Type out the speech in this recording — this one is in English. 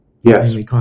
yes